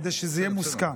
כדי שזה יהיה מוסכם.